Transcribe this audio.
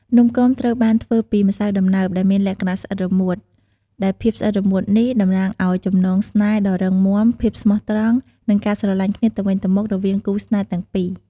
នំគមត្រូវបានធ្វើពី ម្សៅដំណើប ដែលមានលក្ខណៈស្អិតរមួតដែលភាពស្អិតរមួតនេះតំណាងឲ្យចំណងស្នេហ៍ដ៏រឹងមាំភាពស្មោះត្រង់ និងការស្រឡាញ់គ្នាទៅវិញទៅមក រវាងគូរស្នេហ៍ទាំងពីរ។